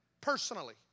personally